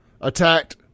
attacked